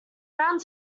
round